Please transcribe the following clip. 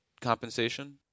compensation